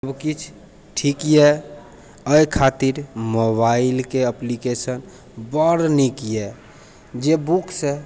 किछु ठीक यऽ ओइ खातिर मोबाइलके एप्लीकेशन बड़ नीक यऽ जे बुकसँ